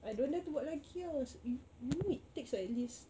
I don't dare to buat lagi ah yo~ you know it takes at least